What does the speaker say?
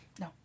No